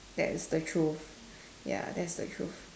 that's the truth ya that's the truth